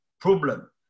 problem